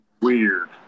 weird